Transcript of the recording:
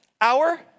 hour